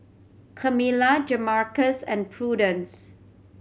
Kamila Jamarcus and Prudence